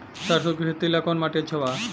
सरसों के खेती ला कवन माटी अच्छा बा?